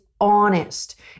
honest